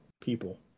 people